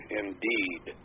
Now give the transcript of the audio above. indeed